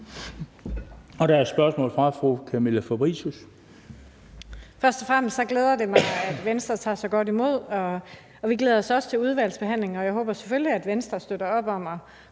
Fabricius. Kl. 10:32 Camilla Fabricius (S): Først og fremmest glæder det mig, at Venstre tager så godt imod det, og vi glæder os også til udvalgsbehandlingen. Jeg håber selvfølgelig, at Venstre støtter op om at